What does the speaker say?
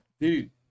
Dude